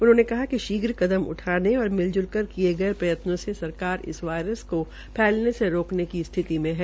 उन्होंने कहा कि शीघ्र कइम उठाने और मिलजुल कर किये गये प्रयत्नों से सरकार इस वायरस को फैलने से रोकने की स्थिति मे है